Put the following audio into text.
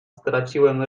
straciłem